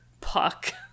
puck